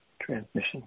transmission